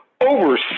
over